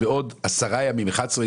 בעוד 11 ימים,